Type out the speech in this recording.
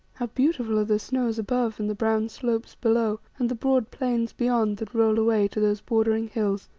how beautiful are the snows above, and the brown slopes below, and the broad plains beyond that roll away to those bordering hills!